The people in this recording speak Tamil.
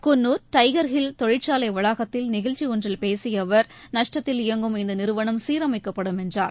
குன்னூர் டைகர் ஹில் தொழிற்சாலைவளாகத்தில் நிகழ்ச்சிஒன்றில் பேசியஅவர் நஷ்டத்தில் இயங்கும் இந்தநிறுவனம் சீரமைக்கப்படும் என்றார்